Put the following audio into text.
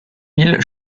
mille